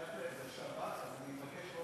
אייכלר, זה שב"כ, אז אני מבקש לא